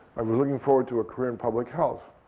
i was looking forward to a career in public health.